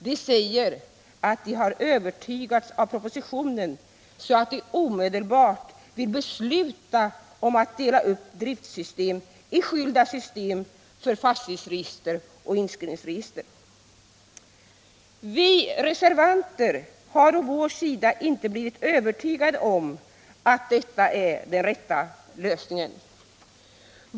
De säger att de har övertygats av propositionen, så att de omedelbart vill besluta om att dela upp driftsystem 1 i skilda system för fastighetsregister och inskrivningsregister. Vi reservanter har å vår sida inte blivit övertygade om att detta är den rätta lösningen.